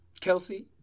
Kelsey